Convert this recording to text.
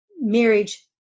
marriage